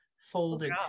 folded